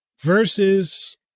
versus